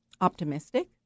optimistic